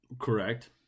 Correct